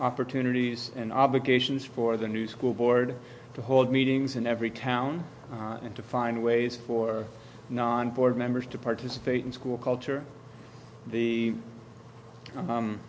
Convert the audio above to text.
opportunities and obligations for the new school board to hold meetings in every town and to find ways for non board members to participate in school culture